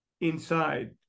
inside